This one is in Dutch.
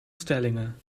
stellingen